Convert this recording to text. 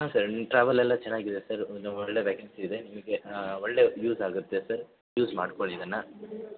ಹಾಂ ಸರ್ ನಿಮ್ಮ ಟ್ರಾವೆಲ್ ಎಲ್ಲ ಚೆನ್ನಾಗಿ ಇದೆ ಸರ್ ಒಂದು ಒಳ್ಳೆಯ ವೆಕೆನ್ಸಿ ಇದೆ ನಿಮಗೆ ಒಳ್ಳೆಯ ಯೂಸ್ ಆಗುತ್ತೆ ಸರ್ ಯೂಸ್ ಮಾಡ್ಕೊಳ್ಳಿ ಇದನ್ನು